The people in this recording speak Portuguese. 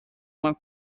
uma